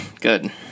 Good